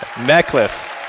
necklace